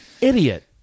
idiot